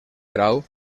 grau